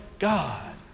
God